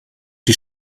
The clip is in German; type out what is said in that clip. die